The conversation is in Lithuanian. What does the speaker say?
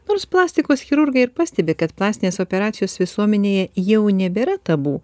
nors plastikos chirurgai ir pastebi kad plastinės operacijos visuomenėje jau nebėra tabu